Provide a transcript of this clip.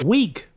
Week